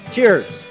Cheers